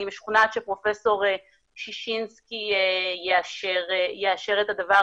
אני משוכנעת שפרופ' ששינסקי יאשר את זה.